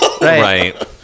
Right